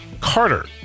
Carter